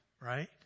right